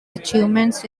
achievements